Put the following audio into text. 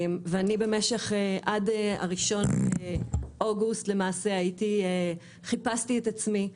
עד 1 באוגוסט חיפשתי את עצמי,